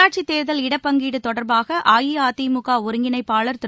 உள்ளாட்சி தேர்தல் இடப் பங்கீடு தொடர்பாக அஇஅதிமுக ஒருங்கிணைப்பாளர் திரு